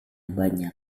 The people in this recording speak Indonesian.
banyak